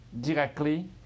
directly